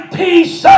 peace